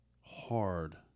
hard